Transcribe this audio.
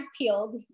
peeled